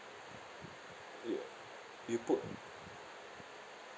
you you put